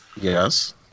Yes